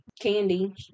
Candy